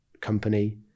company